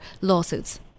lawsuits